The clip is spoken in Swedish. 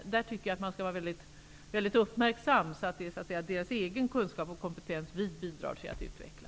Där tycker jag att man skall vara mycket uppmärksam. Det är deras egen kunskap och kompetens vi bidrar till att utveckla.